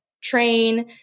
train